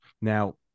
Now